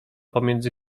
pomiędzy